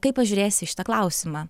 kaip pažiūrėsi šitą klausimą